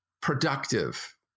productive